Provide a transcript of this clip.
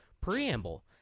preamble